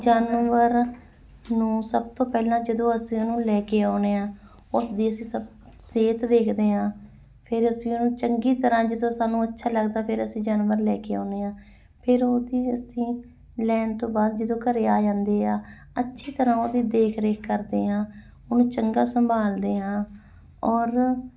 ਜਾਨਵਰ ਨੂੰ ਸਭ ਤੋਂ ਪਹਿਲਾਂ ਜਦੋਂ ਅਸੀਂ ਉਹਨੂੰ ਲੈ ਕੇ ਆਉਂਦੇ ਹਾਂ ਉਸਦੀ ਅਸੀਂ ਸਭ ਸਿਹਤ ਦੇਖਦੇ ਹਾਂ ਫਿਰ ਅਸੀਂ ਉਹਨੂੰ ਚੰਗੀ ਤਰ੍ਹਾਂ ਜਦੋਂ ਸਾਨੂੰ ਅੱਛਾ ਲੱਗਦਾ ਫਿਰ ਅਸੀਂ ਜਾਨਵਰ ਲੈ ਕੇ ਆਉਂਦੇ ਹਾਂ ਫਿਰ ਉਹਦੀ ਅਸੀਂ ਲੈਣ ਤੋਂ ਬਾਅਦ ਜਦੋਂ ਘਰ ਆ ਜਾਂਦੇ ਆ ਅੱਛੀ ਤਰ੍ਹਾਂ ਉਹਦੀ ਦੇਖ ਰੇਖ ਕਰਦੇ ਹਾਂ ਉਹਨੂੰ ਚੰਗਾ ਸੰਭਾਲਦੇ ਆ ਔਰ